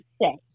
say